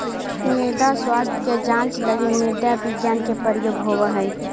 मृदा स्वास्थ्य के जांच लगी मृदा विज्ञान के प्रयोग होवऽ हइ